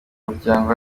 muryango